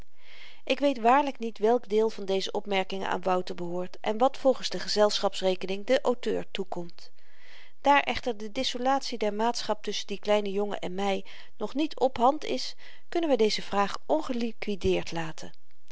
ik weet waarlyk niet welk deel van deze opmerkingen aan wouter behoort en wat volgens de gezelschaps rekening den auteur toekomt daar echter de dissolatie der maatschap tusschen dien kleinen jongen en my nog niet op hand is kunnen wy deze vraag ongelikwideerd laten